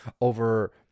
over